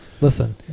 listen